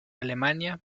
alemania